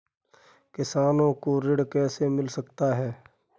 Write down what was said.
किसानों को ऋण कैसे मिल सकता है?